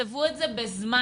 תקצבו את זה בזמן,